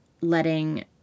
letting